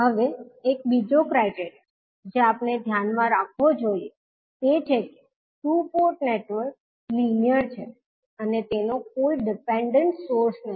હવે એક બીજો ક્રાઇટેરીઆ જે આપણે ધ્યાનમાં રાખવો જોઈએ તે છે કે ટુ પોર્ટ નેટવર્ક લિનિઅર છે અને તેનો કોઈ ડિપેન્ડેન્ટ સોર્સ નથી